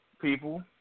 people